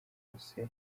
hose